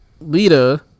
Lita